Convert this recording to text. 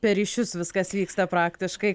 per ryšius viskas vyksta praktiškai